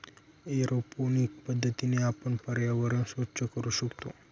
aeroponic पद्धतीने आपण पर्यावरण स्वच्छ करू शकतो